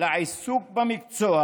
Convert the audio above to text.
לעיסוק במקצוע,